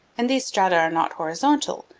and these strata are not horizontal,